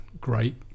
great